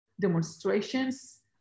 demonstrations